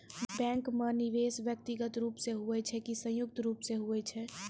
Bank माई निवेश व्यक्तिगत रूप से हुए छै की संयुक्त रूप से होय छै?